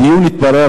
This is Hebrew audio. בדיון התברר,